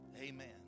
Amen